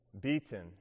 beaten